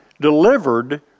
delivered